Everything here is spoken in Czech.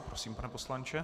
Prosím, pane poslanče.